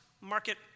market